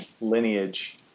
lineage